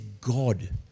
God